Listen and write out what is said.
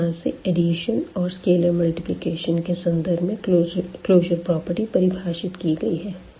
इस तरह से एडिशन और स्केलर मल्टीप्लिकेशन के संदर्भ में क्लोजर प्रॉपर्टी परिभाषित की गई है